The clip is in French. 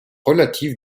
relatif